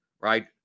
right